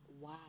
Wow